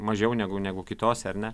mažiau negu negu kitose ar ne